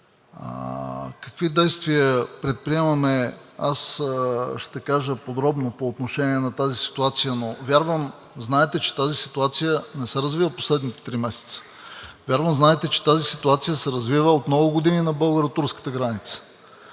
Какви действия предприемаме, аз ще кажа подробно по отношение на тази ситуация, но вярвам знаете, че тази ситуация не се развива през последните три месеца. Вярвам знаете, че тази ситуация се развива от много години на българо-турската граница.